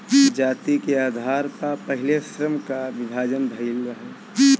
जाति के आधार पअ पहिले श्रम कअ विभाजन भइल रहे